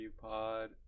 Pod